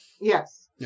Yes